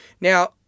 Now